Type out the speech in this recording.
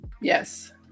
Yes